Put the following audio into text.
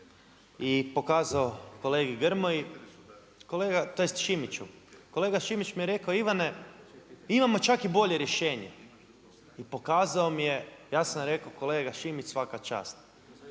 i pokazao kolegi Grmoji, tj. Šimiću, kolega Šimić mi je rekao Ivane, imamo čak i bolje rješenje. I pokazao mi je, ja sam rekao, kolega Šimić svaka čast.